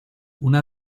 una